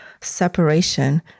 separation